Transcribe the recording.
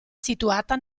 situata